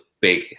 big